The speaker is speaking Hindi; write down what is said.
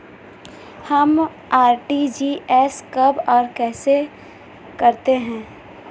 हम आर.टी.जी.एस कब और कैसे करते हैं?